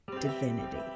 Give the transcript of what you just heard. divinity